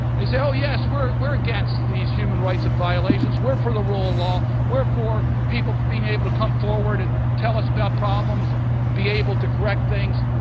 they say oh, yes, we're we're against these human rights violations, we're for the rule of law, we're for people being able to come forward and tell us about problems and and be able to correct things.